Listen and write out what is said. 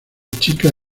chicas